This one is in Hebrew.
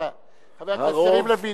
הרוב,